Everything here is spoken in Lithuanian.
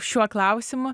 šiuo klausimu